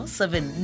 seven